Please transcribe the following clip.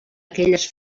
aquelles